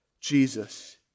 Jesus